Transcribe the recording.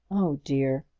oh, dear!